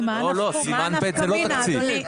סימן ב' זה לא תקציב.